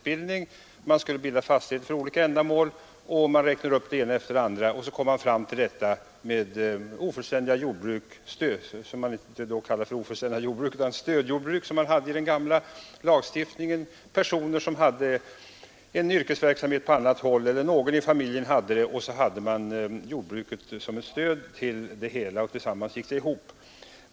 Man diskuterade bildandet av fastigheter för olika ändamål och räknade upp det ena ändamålet efter det andra. Då kom också dessa stödjordbruk, som de kallades i den gamla lagstiftningen, på tal. Det var personer eller någon i en familj som hade yrkesverksamhet och ett jordbruk som ett stöd på sidan om för att utöka inkomsten.